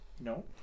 No